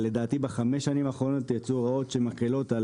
אלא לדעתי בחמש השנים האחרונות יצאו הוראות שמקלות על